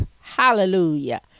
Hallelujah